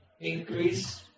increase